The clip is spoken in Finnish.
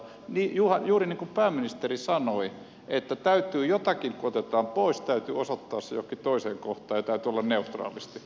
juuri niin kuin pääministeri sanoi että kun otetaan jotakin pois täytyy osoittaa se johonkin toiseen kohtaan ja täytyy olla neutraalisti